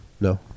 No